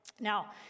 Now